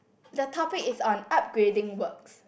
the topic is on upgrading works